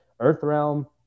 Earthrealm